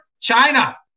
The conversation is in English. China